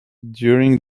during